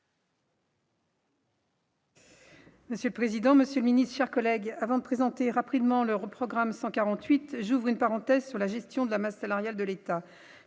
Monsieur le président, monsieur Ministre, chers collègues, avant de présenter rapidement leur programme 148 j'ouvre une parenthèse sur la gestion de la masse salariale de l'État,